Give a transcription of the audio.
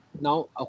now